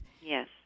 Yes